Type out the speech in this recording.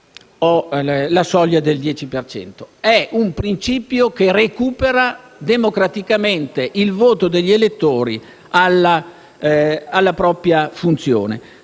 del dieci per cento. È un principio che recupera democraticamente il voto degli elettori alla propria funzione.